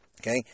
Okay